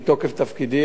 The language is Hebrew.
מתוקף תפקידי.